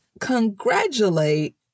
congratulate